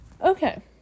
Okay